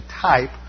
type